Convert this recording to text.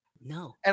No